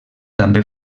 també